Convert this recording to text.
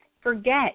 forget